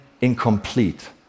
incomplete